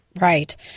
Right